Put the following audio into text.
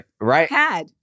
Right